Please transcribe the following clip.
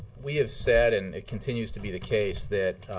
we have said, and it continues to be the case, that